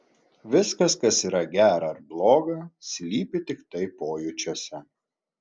viskas kas yra gera ar bloga slypi tiktai pojūčiuose